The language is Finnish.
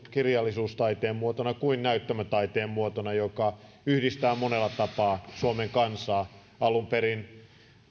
kirjallisuustaiteenmuotona kuin näyttämötaiteenmuotona joka yhdistää monella tapaa suomen kansaa alun perin